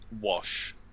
wash